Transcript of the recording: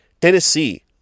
Tennessee